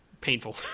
painful